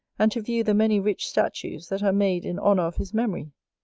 and to view the many rich statues that are made in honour of his memory!